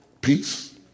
Peace